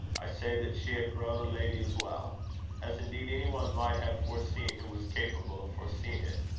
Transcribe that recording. i say that she had grown a lady as well as indeed any one might have foreseen who was capable of foreseeing it.